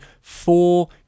four